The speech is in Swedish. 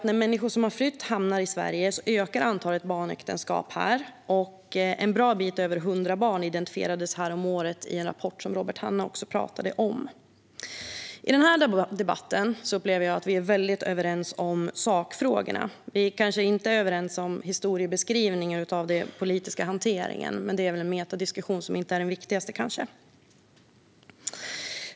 När människor som har flytt hamnar i Sverige ökar antalet barnäktenskap här, och i en rapport häromåret identifierades fler än 100 barn, vilket Robert Hannah också talade om. I debatten upplever jag att vi är väldigt överens i sakfrågan. Vi är möjligen inte överens om historiebeskrivningen av den politiska hanteringen, men det är en metadiskussion som kanske inte är den viktigaste.